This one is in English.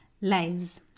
lives